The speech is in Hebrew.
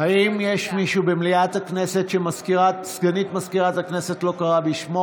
יש מישהו במליאת הכנסת שסגנית מזכירת הכנסת לא קראה בשמו